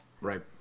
Right